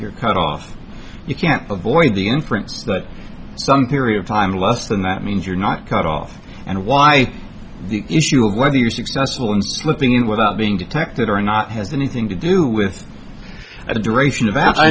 you're cut off you can avoid the inference that some period of time less than that means you're not cut off and why the issue of whether you are successful in slipping in without being detected or not has anything to do with